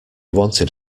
wanted